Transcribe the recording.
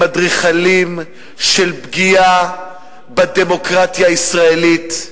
הם אדריכלים של פגיעה בדמוקרטיה הישראלית,